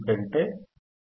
ఎందుకంటే ఇది 159